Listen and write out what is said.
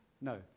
No